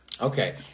Okay